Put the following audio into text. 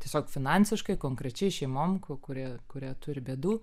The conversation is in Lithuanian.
tiesiog finansiškai konkrečiai šeimom ku kurie kurie turi bėdų